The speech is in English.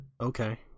Okay